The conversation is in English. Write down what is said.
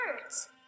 words